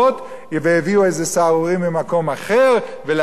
איזה סהרורי ממקום אחר ולאזן בתוך אותה תוכנית.